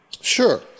Sure